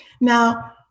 Now